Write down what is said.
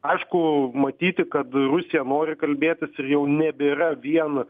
aišku matyti kad rusija nori kalbėtis ir jau nebėra vien